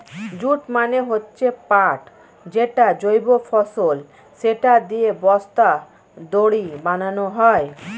jute মানে হচ্ছে পাট যেটা জৈব ফসল, সেটা দিয়ে বস্তা, দড়ি বানানো হয়